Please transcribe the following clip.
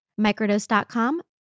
Microdose.com